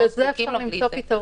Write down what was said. אבל לזה אפשר למצוא פתרון.